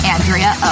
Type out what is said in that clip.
Andrea